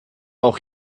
auch